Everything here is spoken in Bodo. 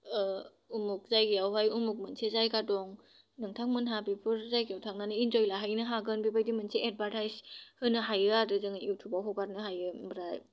उमुख जायगायावहाय उमुख मोनसे जायगा दं नोंथांमोनहा बेफोरबायदि जायगायाव थांनानै इन्जय लाहैनो हागोन बेबायदि मोनसे एडभार्टाइज होनो हायो आरो जोङो इउटुउबआव हगारनो हायो ओमफ्राय